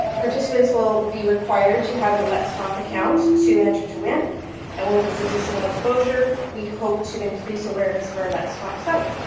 participants will will be required to have a let's talk account to enter to win and with this additional exposure we hope to increase awareness of our let's talk site.